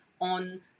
on